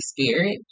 Spirit